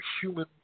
human